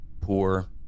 poor